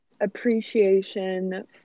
Appreciation